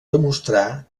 demostrar